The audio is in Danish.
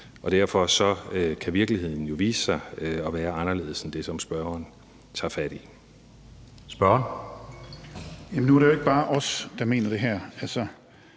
og derfor kan virkeligheden jo vise sig at være anderledes end det, som spørgeren tager fat i.